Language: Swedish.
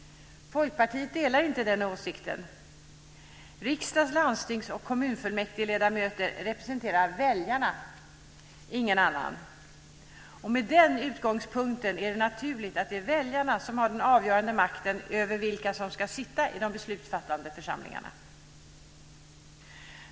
Folkpartiet delar inte den åsikten. Riksdagsledamöter, landstingsledamöter och kommunfullmäktigeledamöter representerar väljarna - ingen annan. Med den utgångspunkten är det naturligt att det är väljarna som har den avgörande makten över vilka som ska sitta i de beslutsfattande församlingarna.